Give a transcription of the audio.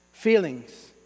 Feelings